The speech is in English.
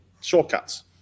shortcuts